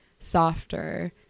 softer